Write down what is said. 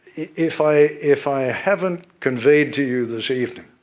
if i if i haven't conveyed to you, this evening,